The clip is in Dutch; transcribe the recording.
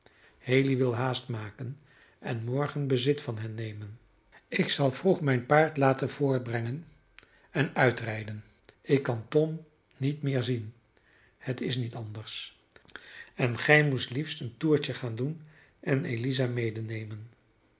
haley wil haast maken en morgen bezit van hen nemen ik zal vroeg mijn paard laten voorbrengen en uitrijden ik kan tom niet meer zien het is niet anders en gij moest liefst een toertje gaan doen en eliza